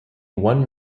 one